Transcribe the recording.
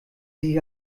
sich